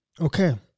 Okay